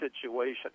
situation